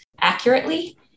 accurately